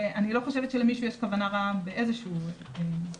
אני לא חושבת שלמישהו יש כוונה רעה באיזה שהיא פינה,